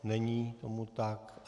Není tomu tak.